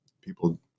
People